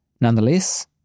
Nonetheless